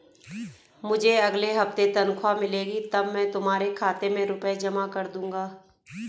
मुझे अगले हफ्ते तनख्वाह मिलेगी तब मैं तुम्हारे खाते में रुपए जमा कर दूंगा